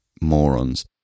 morons